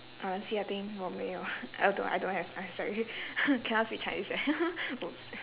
honestly I think 我没有 uh don't I don't have I'm sorry cannot speak chinese right !oops!